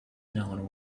known